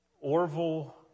Orville